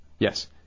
Yes